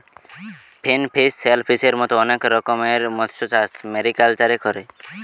finfish, শেলফিসের মত অনেক রকমের মৎস্যচাষ মেরিকালচারে করে